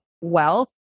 wealth